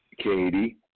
Katie